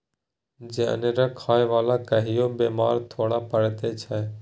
जनेर खाय बला कहियो बेमार थोड़े पड़ैत छै